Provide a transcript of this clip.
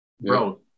Bro